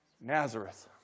Nazareth